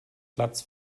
platz